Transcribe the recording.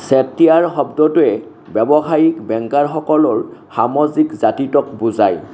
চেট্টিয়াৰ শব্দটোৱে ব্যৱসায়িক বেংকাৰসকলৰ সামাজিক জাতিটোক বুজায়